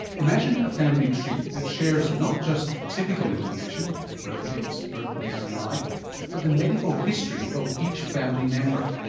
imagine a family tree that shared not just the typical information birthdates, birthplaces and the like but the medical history of each family member.